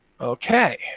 Okay